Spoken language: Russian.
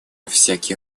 всякий